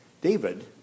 David